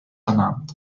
ernannt